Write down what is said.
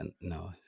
No